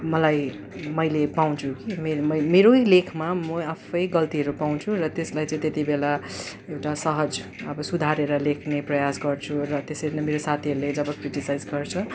मलाई मैले पाउँछु मेरै लेखमा म आफ्फै गल्तीहरू पाउँछु र त्यसलाई चाहिँ त्यति बेला एउटा सहज अब सुधारेर लेख्ने प्रयास गर्छु र त्यसरी नै मेरो साथीहरूले जब क्रिटिसाइज गर्छ